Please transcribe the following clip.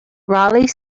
raleigh